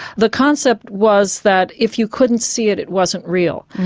the concept was that if you couldn't see it, it wasn't real.